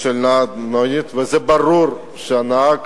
עם נהג מונית, וזה ברור שהנהג